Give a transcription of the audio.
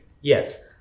Yes